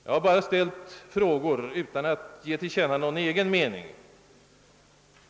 Jag har bara ställt frågor utan att ge till känna någon egen mening.